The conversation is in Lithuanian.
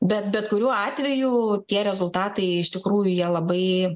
bet bet kuriuo atveju tie rezultatai iš tikrųjų jie labai